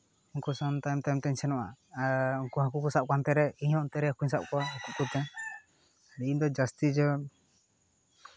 ᱩᱱᱠᱩ ᱥᱟᱶ ᱛᱟᱭᱚᱢ ᱛᱟᱭᱚᱢ ᱛᱮᱧ ᱥᱮᱱᱚᱜᱼᱟ ᱟᱨ ᱩᱱᱠᱩ ᱦᱟᱹᱠᱩ ᱠᱚ ᱥᱟᱵ ᱠᱚᱣᱟ ᱦᱟᱱᱛᱮ ᱨᱮ ᱤᱧᱦᱚᱸ ᱦᱟᱱᱛᱮ ᱨᱮ ᱦᱟᱹᱠᱩᱧ ᱥᱟᱵ ᱠᱚᱣᱟ ᱩᱠᱩ ᱩᱠᱩᱛᱮ ᱤᱧ ᱫᱚ ᱡᱟᱹᱥᱛᱤ ᱫᱚ